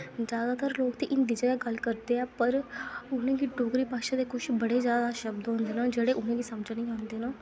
जैदातर ते लोग हिन्दी च गै गल्ल करदे ऐ पर उ'नें गी डोगरी भाशा दे बड़े जैदा शब्द होंदे न जेह्ड़े उ'नें गी समझ नेईं आंदे न